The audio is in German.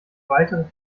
weitere